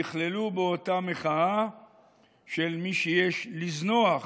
נכללו באותה רשימה של מי שיש לזנוח